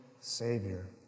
Savior